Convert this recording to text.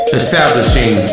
establishing